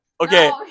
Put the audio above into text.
Okay